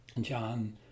john